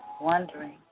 Wondering